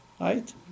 Right